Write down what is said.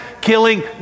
killing